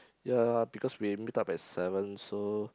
ya because we meet up at seven so